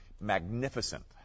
magnificent